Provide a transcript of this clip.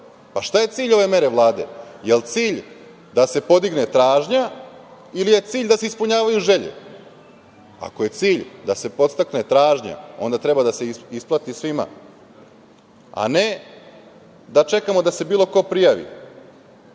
Pa šta je cilj ove mere Vlade? Da li je cilj da se podigne tražnja ili je cilj da se ispunjavaju želje? Ako je cilj da se podstakne tražnja, onda treba da se isplati svima, a ne da čekamo da se bilo ko prijavi.